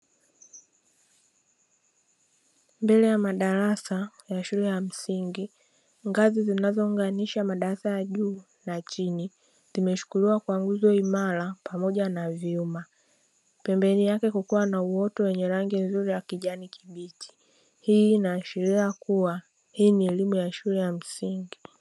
Mbele ya madarasa ya shule ya msingi ngazi zinazo unganisha madarasa ya juu na chini zimeshikiliwa kwa nguzo imara pamoja na vyuma pembeni yake kukiwa na uoto wenye rangi nzuri ya kijani kibichi hii ina ashiria kuwa hii ni elimu ya shule ya msingi.